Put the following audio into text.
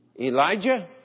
Elijah